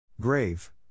Grave